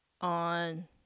on